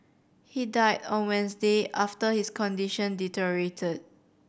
he died on Wednesday after his condition deteriorated